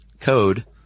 code